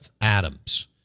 Adams